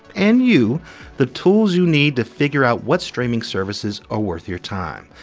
and you the tools you need to figure out what streaming services are worth your time.